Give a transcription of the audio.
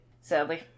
Sadly